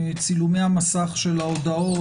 צילומי המסך של ההודעות,